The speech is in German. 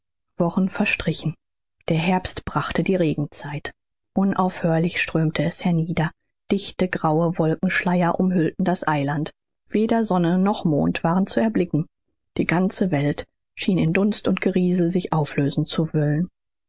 wochen verstrichen der herbst brachte die regenzeit unaufhörlich strömte es hernieder dichte graue wolkenschleier umhüllten das eiland weder sonne noch mond waren zu erblicken die ganze welt schien in dunst und geriesel sich auflösen zu wöllen